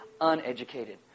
uneducated